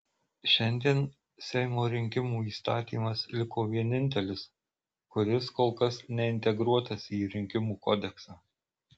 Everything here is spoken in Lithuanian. šiandien seimo rinkimų įstatymas liko vienintelis kuris kol kas neintegruotas į rinkimų kodeksą